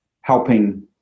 helping